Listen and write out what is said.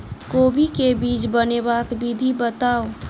कोबी केँ बीज बनेबाक विधि बताऊ?